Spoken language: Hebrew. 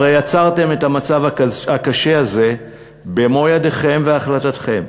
הרי יצרתם את המצב הקשה הזה במו-ידיכם ובהחלטתכם,